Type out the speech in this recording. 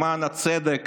למען הצדק,